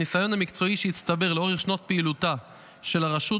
הניסיון המקצועי שהצטבר לאורך שנות פעילותה של הרשות,